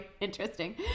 interesting